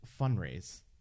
fundraise